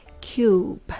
cube